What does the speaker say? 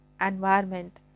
environment